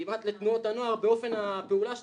כמעט לתנועות הנוער באופן הפעולה שלהם.